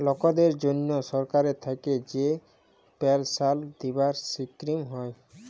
লকদের জনহ সরকার থাক্যে যে পেলসাল দিবার স্কিম হ্যয়